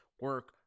Work